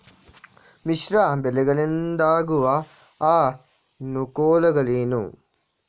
ಮಿಶ್ರ ಬೆಳೆಗಳಿಂದಾಗುವ ಅನುಕೂಲಗಳೇನು?